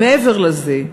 מעבר לזה,